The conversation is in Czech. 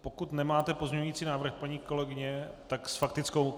Pokud nemáte pozměňovací návrh, paní kolegyně, tak s faktickou.